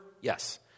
Yes